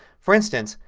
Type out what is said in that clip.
for instance,